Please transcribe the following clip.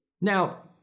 Now